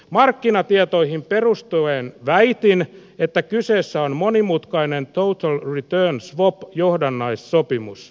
markkinatietoihin perustuen väitin että kyseessä on monimutkainen total return swap johdannaissopimus